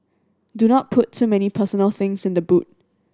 do not put too many personal things in the boot